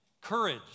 courage